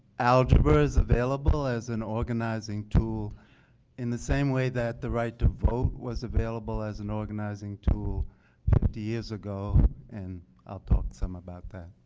algebra is available as an organizing tool in the same way that the right to vote was available as an organizing organizing tool fifty years ago and i'll talk some about that.